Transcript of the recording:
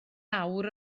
awr